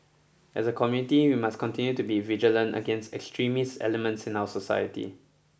as a community we must continue to be vigilant against extremist elements in our society